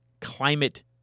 climate